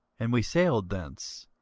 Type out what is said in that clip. and we sailed thence,